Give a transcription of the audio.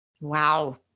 Wow